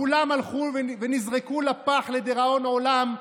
כולם הלכו ונזרקו לפח לדיראון עולם,